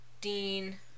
Dean